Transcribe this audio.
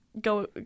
go